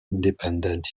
independent